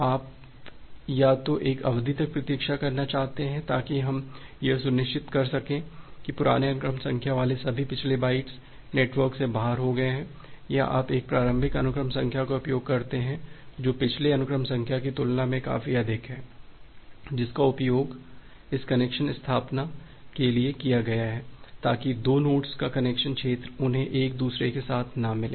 आप या तो एक अवधि तक प्रतीक्षा करना चाहते हैं ताकि हम यह सुनिश्चित करें कि पुराने अनुक्रम संख्या वाले सभी पिछले बाइट्स नेटवर्क से बाहर हो गए हैं या आप एक प्रारंभिक अनुक्रम संख्या का उपयोग करते हैं जो पिछले अनुक्रम संख्या की तुलना में काफी अधिक है जिसका उपयोग इस कनेक्शन स्थापना के लिए किया गया है ताकि 2 नोड्स का कनेक्शन क्षेत्र उन्हें एक दूसरे के साथ न मिले